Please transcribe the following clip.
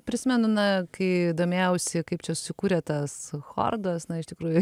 prisimenu na kai domėjausi kaip čia susikūrė tas chordas na iš tikrųjų